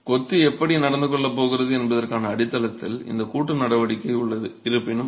எனவே கொத்து எப்படி நடந்து கொள்ளப் போகிறது என்பதற்கான அடித்தளத்தில் இந்த கூட்டு நடவடிக்கை உள்ளது